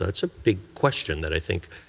that's a big question that i think,